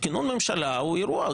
כינון ממשלה הוא אירוע.